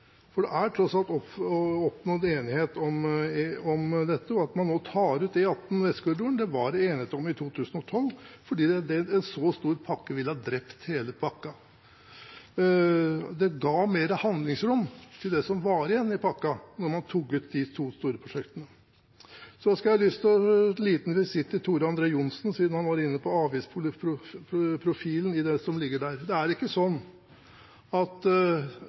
for det er tross alt oppnådd enighet om dette. Og det at man nå tar ut E18 Vestkorridoren, var det enighet om i 2012, fordi en så stor pakke ville ha drept hele pakken. Det ga mer handlingsrom til det som var igjen i pakken at man tok ut de to store prosjektene. Så en liten visitt til Tor André Johnsen, siden han var inne på avgiftsprofilen i det som ligger der. Det er ikke sånn at